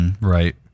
Right